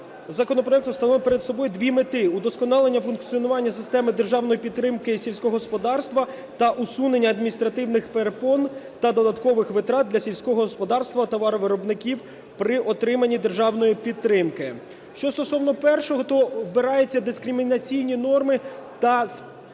законопроектом встановлено перед собою дві мети: удосконалення функціонування системи державної підтримки сільського господарства та усунення адміністративних перепон та додаткових витрат для сільськогосподарських товаровиробників при отримання державної підтримки. Що стосовно першого, то прибираються дискримінаційні норми та ми